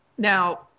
Now